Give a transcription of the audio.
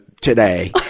today